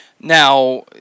Now